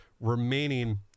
remaining